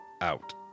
out